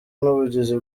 n’ubugizi